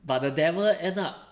but the devil end up